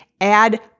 add